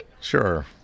Sure